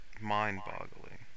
mind-boggling